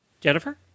jennifer